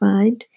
Find